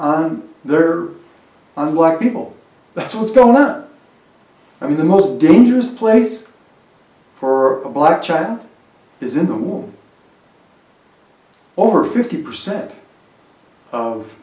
there on the black people that's what's going on i mean the most dangerous place for a black child is in the war over fifty percent